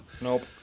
Nope